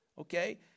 Okay